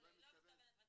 אנחנו לא שם.